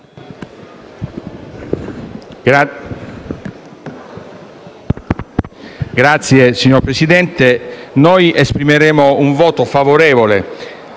Signor Presidente, noi esprimeremo un voto favorevole